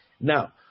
Now